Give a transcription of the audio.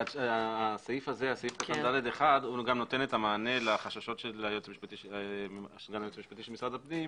הסעיף הזה גם נותן את המענה לחששות של סגן היועץ המשפטי של משרד הפנים,